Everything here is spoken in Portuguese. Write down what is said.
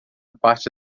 parte